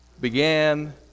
began